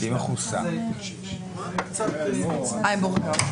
רוויזיה על הסתייגויות 3740-3721, מי בעד?